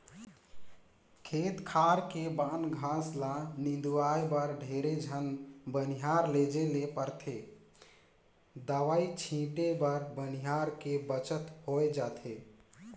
खेत खार के बन घास ल निंदवाय बर ढेरे झन बनिहार लेजे ले परथे दवई छीटे बर बनिहार के बचत होय जाथे